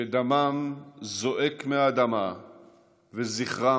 שדמם זועק מן האדמה וזכרם